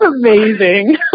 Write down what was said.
amazing